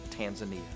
Tanzania